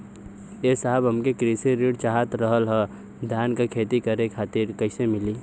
ए साहब हमके कृषि ऋण चाहत रहल ह धान क खेती करे खातिर कईसे मीली?